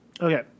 Okay